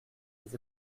les